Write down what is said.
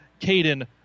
Caden